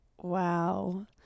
wow